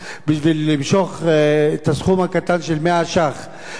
בשביל למשוך את הסכום הקטן של 100 שקלים כדי